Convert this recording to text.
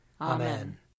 Amen